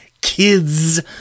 kids